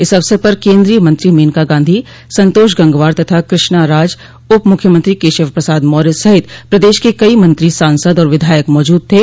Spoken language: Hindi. इस अवसर पर केन्द्रीय मंत्री मेनका गांधी संतोष गंगवार तथा कृष्णाराज उप मुख्यमंत्री केशव प्रसाद मौर्य सहित प्रदेश के कई मंत्री सासद और विधायक मौजूद थे